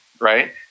right